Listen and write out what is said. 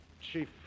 Chief